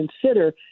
consider